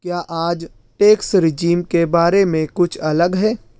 کیا آج tax regime کے بارے میں کچھ الگ ہے